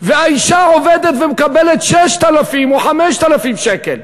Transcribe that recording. והאישה עובדת ומקבלת 6,000 או 5,000 שקל.